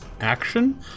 action